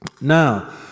Now